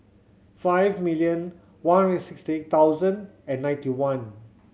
five million one hundred sixty thousand and ninety one